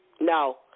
No